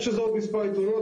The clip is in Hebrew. יש לזה עוד מספר יתרונות.